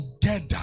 together